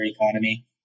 economy